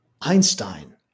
Einstein